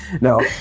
No